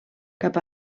cap